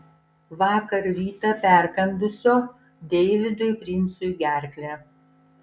vakar rytą perkandusio deividui princui gerklę